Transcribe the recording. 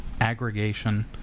aggregation